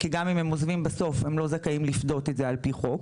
כי גם אם הם עוזבים בסוף הם לא זכאים לפדות את זה על פי חוק.